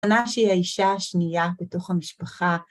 אנשי היא האישה השנייה בתוך המשפחה.